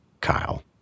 Kyle